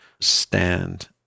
stand